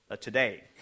today